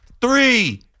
Three